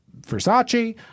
Versace